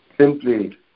simply